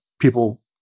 people